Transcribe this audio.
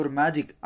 magic